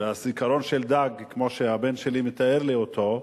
וזיכרון של דג, כמו שהבן שלי מתאר לי אותו,